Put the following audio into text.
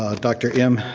ah dr. m.